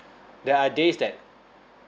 there are days that